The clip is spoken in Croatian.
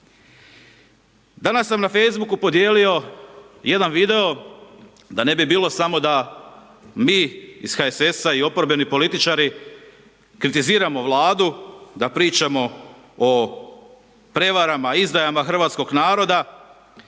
Danas sam na Facebooku podijelio jedan video da ne bi bilo samo da mi iz HSS-a i oporbeni političari kritiziramo Vladu da pričamo o prevarama, izdajama hrvatskog naroda.